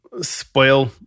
spoil